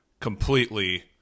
completely